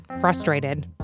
frustrated